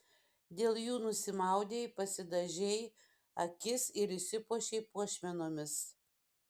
dėl jų nusimaudei pasidažei akis ir išsipuošei puošmenomis